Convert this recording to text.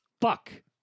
Fuck